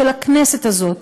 של הכנסת הזאת,